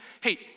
hey